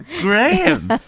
Graham